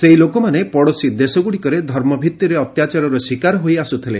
ସେହି ଲୋକମାନେ ପଡ଼ୋଶୀ ଦେଶଗୁଡ଼ିକରେ ଧର୍ମ ଭିତ୍ତିରେ ଅତ୍ୟାଚାରର ଶିକାର ହୋଇ ଆସ୍ରଥିଲେ